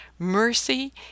mercy